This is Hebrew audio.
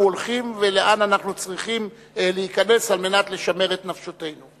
הולכים ולאן אנו צריכים להיכנס על מנת לשמר את נפשותינו.